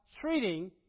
treating